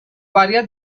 varias